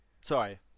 Sorry